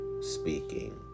speaking